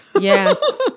Yes